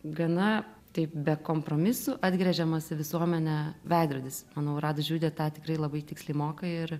gana taip be kompromisų atgręžiamas į visuomenę veidrodis manau radu žiude tą tikrai labai tiksliai moka ir